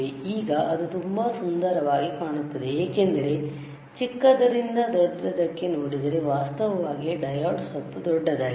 ಈಗ ಅದು ತುಂಬಾ ಸುಂದರವಾಗಿ ಕಾಣುತ್ತದೆ ಏಕೆಂದರೆ ಚಿಕ್ಕದರಿಂದ ದೊಡ್ಡದಕ್ಕೆ ನೋಡಿದರೆ ವಾಸ್ತವವಾಗಿ ಡಯೋಡ್ ಸ್ವಲ್ಪ ದೊಡ್ಡದಾಗಿದೆ